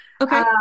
Okay